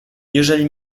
jeżeli